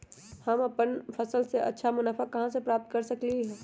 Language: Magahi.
हम अपन फसल से अच्छा मुनाफा कहाँ से प्राप्त कर सकलियै ह?